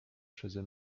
przeze